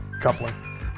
coupling